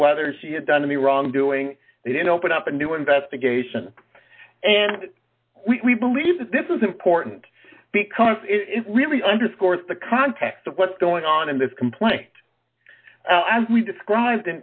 whether she had done any wrongdoing they did open up a new investigation and we believe that this is important because it really underscores the context of what's going on in this complaint as we described in